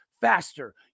faster